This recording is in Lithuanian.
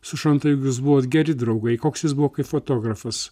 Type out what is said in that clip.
su šonta juk jūs buvot geri draugai koks jis buvo kaip fotografas